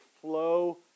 flow